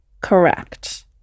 correct